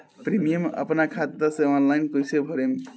Premium अपना खाता से ऑनलाइन कईसे भरेम?